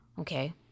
Okay